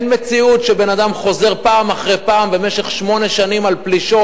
אין מציאות שבן-אדם חוזר פעם אחר פעם במשך שמונה שנים על פלישות,